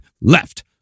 left